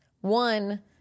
one